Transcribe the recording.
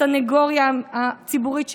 הסנגוריה הציבורית,